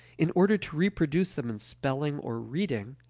in order to reproduce them in spelling or reading,